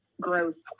gross